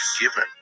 given